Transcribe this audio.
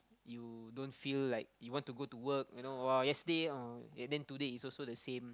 you don't feel like you want to go to work you know !wah! yesterday uh then today it's also the same